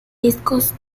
discos